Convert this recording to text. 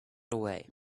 away